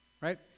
Right